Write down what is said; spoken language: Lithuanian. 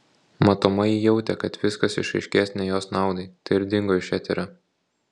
matomai ji jautė kad viskas išaiškės ne jos naudai tai ir dingo iš eterio